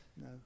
No